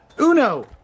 Uno